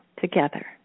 together